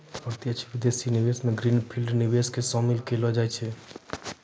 प्रत्यक्ष विदेशी निवेश मे ग्रीन फील्ड निवेश के शामिल केलौ जाय छै